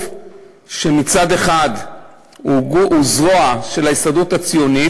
שמצד אחד הוא זרוע של ההסתדרות הציונית,